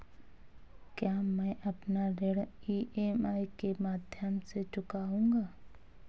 क्या मैं अपना ऋण ई.एम.आई के माध्यम से चुकाऊंगा?